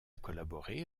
collaboré